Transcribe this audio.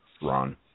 Ron